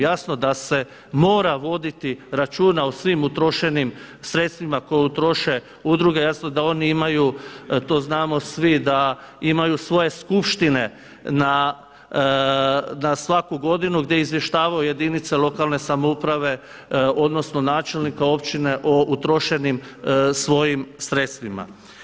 Jasno da se mora voditi računa o svim utrošenim sredstvima koje troše udruge, jasno da oni imaju, to znamo svi da imaju svoje skupštine na svaku godinu gdje izvještavaju jedinice lokalne samouprave, odnosno načelnika općine o utrošenim svojim sredstvima.